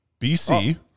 BC